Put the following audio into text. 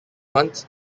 months